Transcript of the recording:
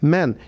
Men